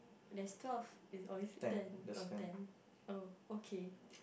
there's twelve it's oh it's ten oh ten oh okay